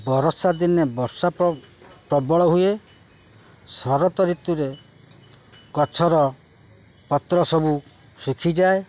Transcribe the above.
ବର୍ଷା ଦିନେ ବର୍ଷା ପ୍ରବଳ ହୁଏ ଶରତ ଋତୁରେ ଗଛର ପତ୍ର ସବୁ ଶୁଖିଯାଏ